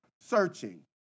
searching